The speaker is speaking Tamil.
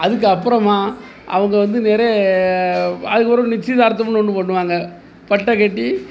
அதுக்கப்புறமா அவங்க வந்து நிறைய அதுக்கப்புறம் நிச்சியதார்த்தம்னு ஒன்று பண்ணுவாங்க பட்டு கட்டி